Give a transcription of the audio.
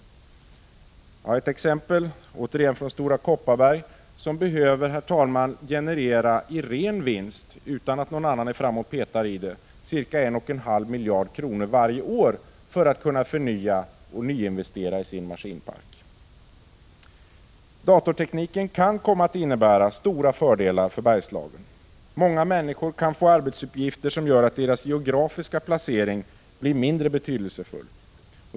Jag skall återigen ta exemplet från Stora Kopparberg, som behöver generera i ren vinst — utan att någon annan är framme och petar där — ca 1,5 miljarder kronor varje år för att kunna förnya och nyinvestera i sin maskinpark. Datortekniken kan komma att innebära stora fördelar för Bergslagen. Många människor kan få arbetsuppgifter som gör att deras geografiska placering blir mindre betydelsfull.